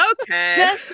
Okay